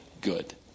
good